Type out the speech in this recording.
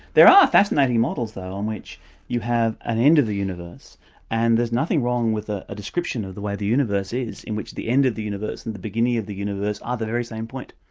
there are fascinating models though on which you have an end of the universe and there's nothing wrong with a description of the way the universe is, in which the end of the universe and the beginning of the universe are the very same point.